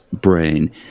brain